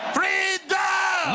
freedom